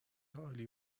عالی